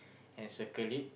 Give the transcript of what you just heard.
and circle it